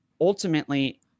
ultimately